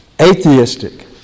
atheistic